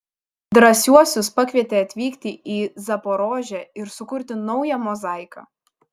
drąsiuosius pakvietė atvykti į zaporožę ir sukurti naują mozaiką